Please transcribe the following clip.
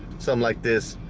so um like this.